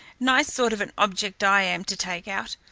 nice sort of an object i am to take out!